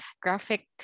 Graphic